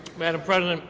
madam president,